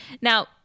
now